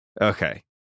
Okay